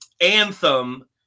anthem